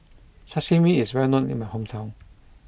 Sashimi is well known in my hometown